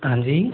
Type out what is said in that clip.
हाँ जी